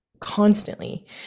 constantly